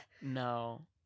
no